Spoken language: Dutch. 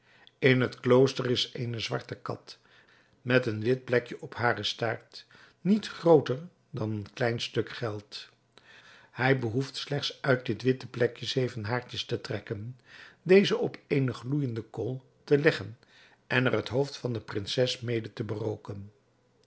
in het klooster is eene zwarte kat met een wit vlekje op haren staart niet grooter dan een klein stuk geld hij behoeft slechts uit dit witte plekje zeven haartjes te trekken deze op eene gloeijende kool te leggen en er het hoofd van de prinses mede te berooken